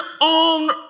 on